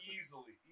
Easily